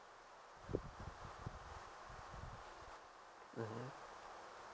mmhmm